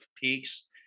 peaks